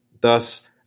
Thus